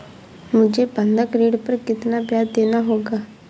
मुझे बंधक ऋण पर कितना ब्याज़ देना होगा?